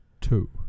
Two